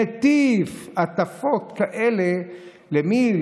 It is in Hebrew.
מטיף הטפות כאלה, למי?